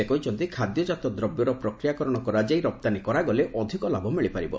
ସେ କହିଛନ୍ତି ଖାଦ୍ୟଜାତ ଦ୍ରବ୍ୟର ପ୍ରକ୍ରିୟାକରଣ କରାଯାଇ ରପ୍ତାନୀ କରାଗଲେ ଅଧିକ ଲାଭ ମିଳିପାରିବ